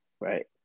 right